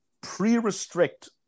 pre-restrict